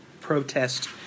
Protest